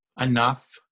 enough